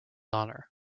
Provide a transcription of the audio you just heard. honor